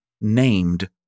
named